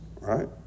Right